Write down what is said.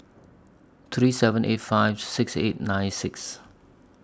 three seven eight five six eight nine six